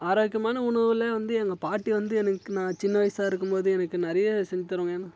ஆரோக்கியமான உணவில் வந்து எங்கள் பாட்டி வந்து எனக்கு நான் சின்ன வயசாக இருக்கும் போது எனக்கு நிறையா செஞ்சு தருவாங்க